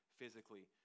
physically